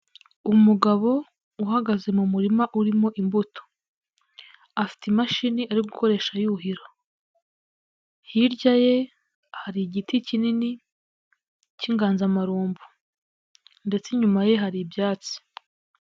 Umugabo uhagaze mu murima urimo imbuto, afite imashini ari yuhira, hirya ye hari igiti kinini cy'inganzamarumbo ndetse inyuma ye hari ibyatsi.